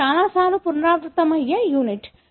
ఇది చాలా సార్లు పునరావృతమయ్యే యూనిట్